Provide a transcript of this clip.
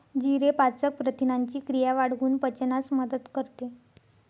जिरे पाचक प्रथिनांची क्रिया वाढवून पचनास मदत करते